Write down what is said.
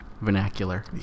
vernacular